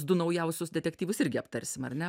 du naujausius detektyvus irgi aptarsim ar ne